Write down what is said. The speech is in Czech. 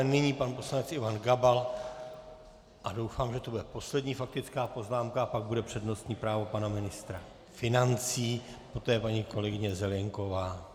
Nyní pan poslanec Ivan Gabal a doufám, že to bude poslední faktická poznámka a pak bude přednostní právo pana ministra financí, poté paní kolegyně Zelienková.